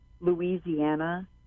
louisiana